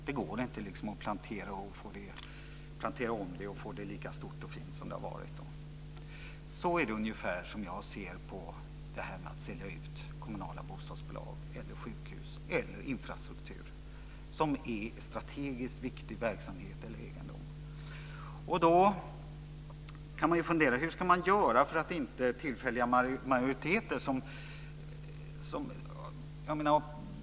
Det går inte att plantera om det och få det lika stort och fint som det har varit. Ungefär så ser jag på det här att sälja ut kommunala bostadsbolag eller sjukhus eller infrastruktur som är strategisk viktig verksamhet eller egendom.